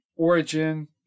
origin